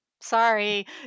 Sorry